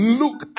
look